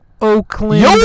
Oakland